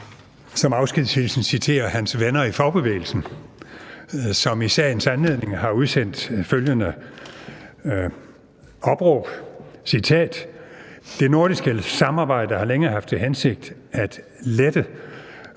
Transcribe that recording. som afskedshilsen citere hans venner i fagbevægelsen, som i sagens anledning har udsendt følgende opråb: Det nordiske samarbejde har længe haft til hensigt at lette